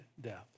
death